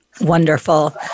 wonderful